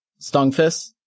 Stungfist